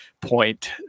point